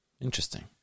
Interesting